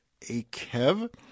Akev